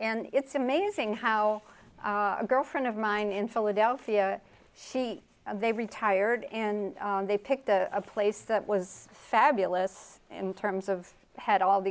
and it's amazing how a girlfriend of mine in philadelphia she they retired and they picked a place that was fabulous in terms of had all the